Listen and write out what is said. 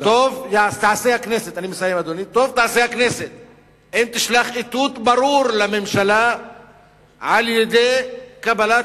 טוב תעשה הכנסת אם תשלח איתות ברור לממשלה על-ידי קבלת